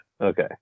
Okay